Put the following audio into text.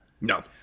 No